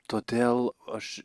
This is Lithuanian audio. todėl aš